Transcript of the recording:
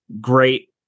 great